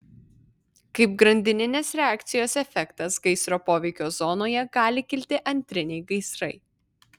kaip grandininės reakcijos efektas gaisro poveikio zonoje gali kilti antriniai gaisrai